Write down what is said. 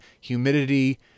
humidity